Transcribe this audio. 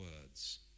words